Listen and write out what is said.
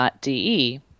.de